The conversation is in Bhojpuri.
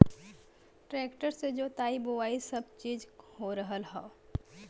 ट्रेक्टर से जोताई बोवाई सब चीज हो रहल हौ